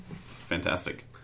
fantastic